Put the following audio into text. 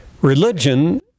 Religion